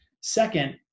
Second